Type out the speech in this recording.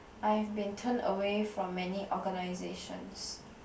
I've been turned away from many organizations